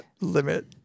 limit